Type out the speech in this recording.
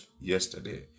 yesterday